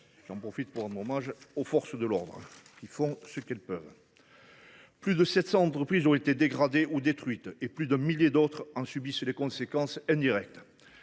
J’en profite pour rendre hommage aux forces de l’ordre, qui font ce qu’elles peuvent. Plus de 700 entreprises ont été dégradées ou détruites et plus d’un millier d’autres en subissent les conséquences indirectes.